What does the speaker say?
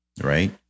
right